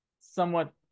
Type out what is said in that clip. somewhat